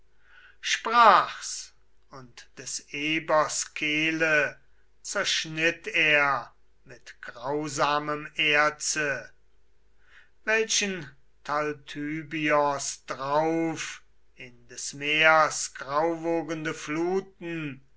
sprach's und des ebers kehle zerschnitt er mit grausamem erze welchen talthybios drauf in des meers grauwogende fluten